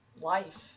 life